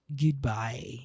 Goodbye